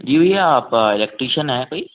जी भैया आप इलेक्ट्रीशन है कोई